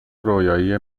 رویایی